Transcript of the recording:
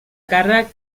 càrrec